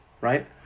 right